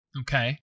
Okay